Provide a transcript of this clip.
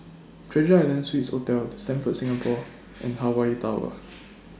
Treasure Island Swissotel The Stamford Singapore and Hawaii Tower